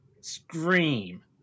scream